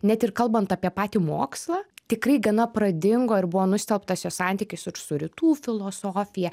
net ir kalbant apie patį mokslą tikrai gana pradingo ir buvo nustelbtas jo santykis ir su rytų filosofija